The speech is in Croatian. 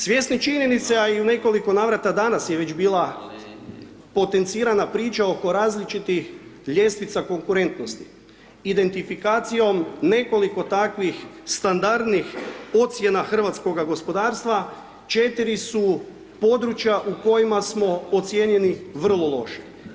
Svjesni činjenica a i u nekoliko navrata danas je već bila potencirana priča oko različitih ljestvica konkurentnosti, identifikacijom nekoliko takvih standardnih ocjena hrvatskog gospodarstva, 4 su područja u kojim smo ocjenjeni vrlo loše.